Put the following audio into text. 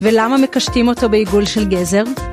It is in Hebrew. ולמה מקשטים אותו בעיגול של גזר?